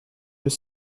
deux